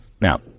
Now